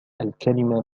الكلمة